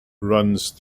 runs